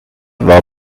war